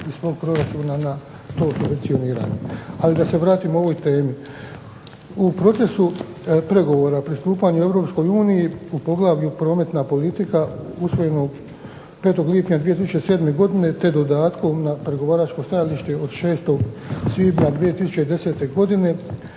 iz svog proračuna na to …/Govornik se ne razumije./… Ali da se vratim ovoj temi. U procesu pregovora pristupanja Europskoj uniji u poglavlju Prometna politika usvojenog 5. lipnja 2007. godine te dodatkom na pregovaračko stajalište od 6. svibnja 2010. godine